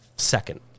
Second